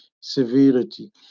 severity